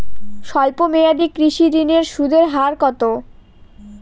স্বল্প মেয়াদী কৃষি ঋণের সুদের হার কত?